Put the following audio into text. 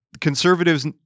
conservatives –